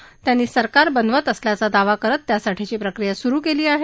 आता मात्र त्यांनी सरकार बनवत असल्याचा दावा करत त्यासाठीची प्रक्रिया सुरु केली आहे